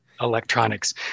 electronics